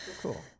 Cool